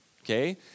okay